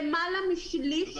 למעלה משליש,